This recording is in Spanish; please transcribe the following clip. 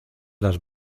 las